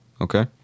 Okay